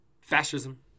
fascism